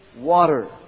water